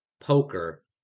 poker